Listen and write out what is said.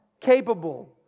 capable